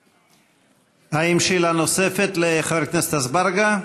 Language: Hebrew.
האם, שאלה נוספת לחבר הכנסת אזברגה?